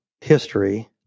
history